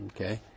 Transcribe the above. Okay